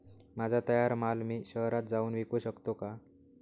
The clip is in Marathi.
माझा तयार माल मी शहरात जाऊन विकू शकतो का?